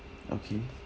okay